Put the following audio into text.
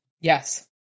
Yes